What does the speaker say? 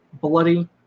bloody